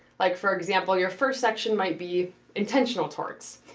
like for example, your first section might be intentional torts,